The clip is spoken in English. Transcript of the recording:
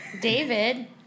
David